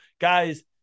Guys